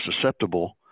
susceptible